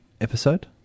episode